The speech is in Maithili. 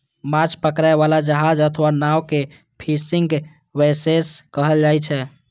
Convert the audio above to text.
माछ पकड़ै बला जहाज अथवा नाव कें फिशिंग वैसेल्स कहल जाइ छै